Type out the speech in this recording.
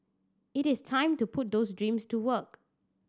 it is time to put those dreams to work